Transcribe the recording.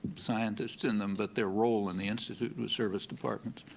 scientists in them, but their role in the institute was service departments.